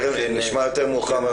תרבותי,